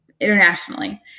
internationally